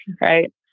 right